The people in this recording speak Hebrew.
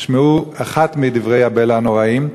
תשמעו אחד מדברי הבלע הנוראים: